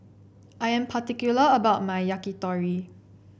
I am particular about my Yakitori